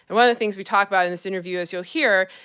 and one of the things we talked about in this interview, as you'll hear,